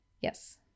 yes